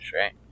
right